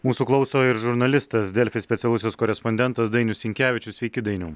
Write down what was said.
mūsų klauso ir žurnalistas delfi specialusis korespondentas dainius sinkevičius sveiki dainiau